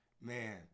Man